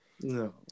No